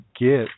get